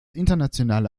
internationale